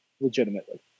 Legitimately